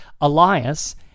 Elias